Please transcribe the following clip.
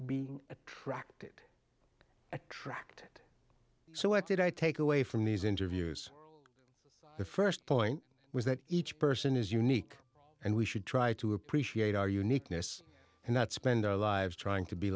being attracted attracted so what did i take away from these interviews the first point was that each person is unique and we should try to appreciate our uniqueness and not spend our lives trying to be